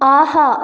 ஆஹா